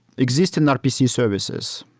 existing rpc services,